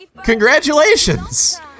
Congratulations